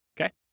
Okay